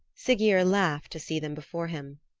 siggeir laughed to see them before him.